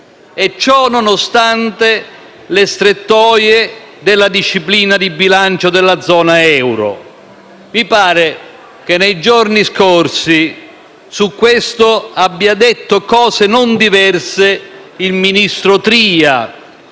nonostante le strettoie della disciplina di bilancio della zona euro. Mi pare che, nei giorni scorsi, su questo abbia detto cose non diverse il ministro Tria,